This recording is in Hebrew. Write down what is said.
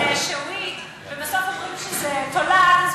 של שעועית ובסוף אומרים שזה תולעת,